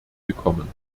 gekommen